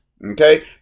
Okay